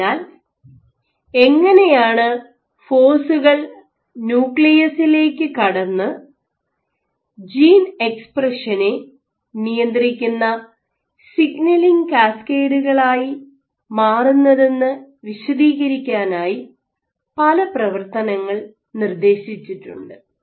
അതിനാൽ എങ്ങിനെയാണ് ഫോഴ്സുകൾ ന്യൂക്ലിയസിലേക്ക് കടന്ന് ജീൻ എക്സ്പ്രഷനെ നിയന്ത്രിക്കുന്ന സിഗ്നലിംഗ് കാസ്കേഡുകളായി മാറുന്നതെന്ന് വിശദീകരിക്കാനായി പല പ്രവർത്തനങ്ങൾ നിർദ്ദേശിച്ചിട്ടുണ്ട്